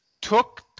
took